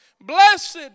Blessed